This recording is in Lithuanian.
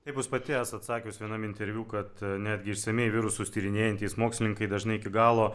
kaip jūs pati esat sakius vienam interviu kad netgi išsamiai virusus tyrinėjantys mokslininkai dažnai iki galo